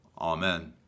Amen